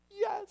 Yes